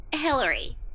Hillary